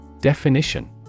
Definition